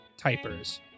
typers